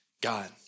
God